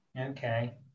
Okay